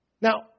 Now